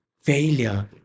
Failure